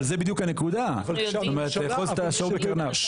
אבל זו בדיוק הנקודה, לאחוז את השור בקרניו.